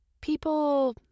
people